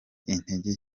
intege